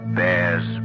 bears